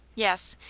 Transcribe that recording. yes.